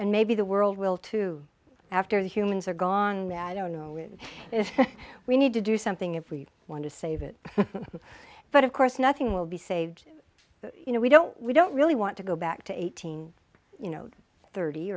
and maybe the world will too after the humans are gong that i don't know if we need to do something if we want to save it but of course nothing will be saved you know we don't we don't really want to go back to eighteen you know thirty